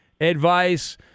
advice